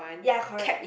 ya correct